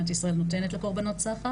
מעמד,